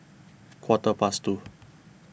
quarter past two